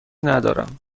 ندارم